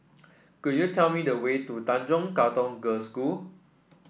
could you tell me the way to Tanjong Katong Girls' School